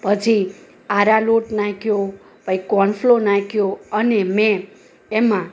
પછી આરાલોટ નાખ્યો પછી કોર્નફલોર નાખ્યો અને મેં એમાં